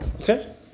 Okay